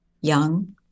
young